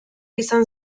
izan